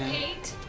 eight.